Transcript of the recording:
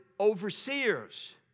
overseers